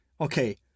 okay